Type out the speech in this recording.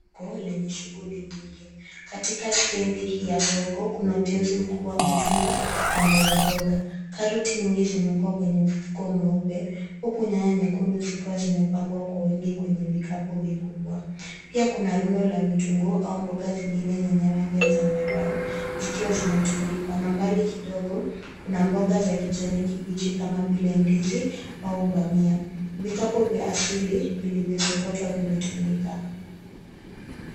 ...kuu lenye shughuli nyingi. Katika stendi ya soko kuna uteuzi mkubwa wa matunda na mboga mboga. Karoti nyingi zimewekwa kwenye mfuko mweupe huku nyanya nyekundu zikiwa zimepangwa kwa wingi kwenye vikapu vikubwa. Pia kuna rundo la vitunguu au mboga zingine zenye rangi ya zambarau zikiwa zimetundikwa na mbali kidogo na mboga za kijani kibichi kama vile ndizi au dania, Vikapu vya asili vilivyosokotwa vimetumika.